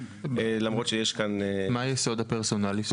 למרות שיש כאן --- מה היסוד הפרסונלי?